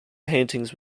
paintings